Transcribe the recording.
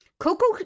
Coco